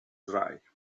dry